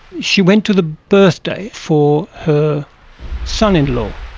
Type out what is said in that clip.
she went to the birthday for her son-in-law.